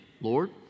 Lord